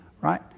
Right